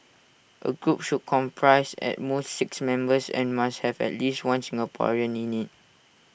A group should comprise at most six members and must have at least one Singaporean in IT